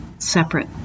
Separate